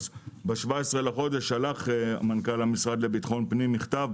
ב-17 בחודש שלח מנכ"ל המשרד לביטחון פנים מכתב